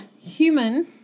human